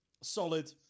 Solid